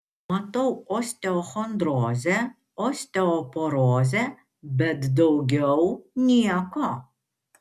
matau osteochondrozę osteoporozę bet daugiau nieko